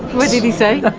what did he say?